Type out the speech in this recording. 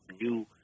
new